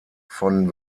von